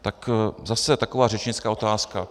Tak zase taková řečnická otázka.